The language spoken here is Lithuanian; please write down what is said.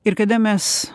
ir kada mes